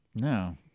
No